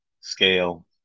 scale